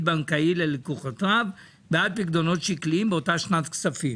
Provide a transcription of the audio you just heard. בנקאי ללקוחותיו בעד פיקדונות שקליים באותה שנת כספים.